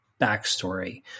backstory